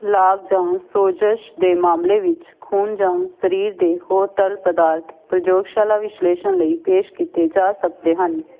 ਲਾਗ ਜਾਂ ਸੋਜਸ਼ ਦੇ ਮਾਮਲੇ ਵਿੱਚ ਖੂਨ ਜਾਂ ਸਰੀਰ ਦੇ ਹੋਰ ਤਰਲ ਪਦਾਰਥ ਪ੍ਰਯੋਗਸ਼ਾਲਾ ਵਿਸ਼ਲੇਸ਼ਣ ਲਈ ਪੇਸ਼ ਕੀਤੇ ਜਾ ਸਕਦੇ ਹਨ